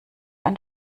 ein